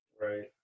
Right